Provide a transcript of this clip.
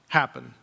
happen